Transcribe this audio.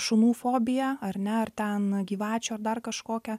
šunų fobiją ar ne ar ten gyvačių ar dar kažkokią